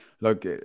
Look